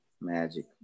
Magic